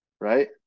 right